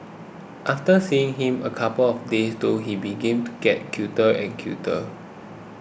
after seeing him a couple of days though he began to get cuter and cuter